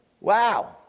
Wow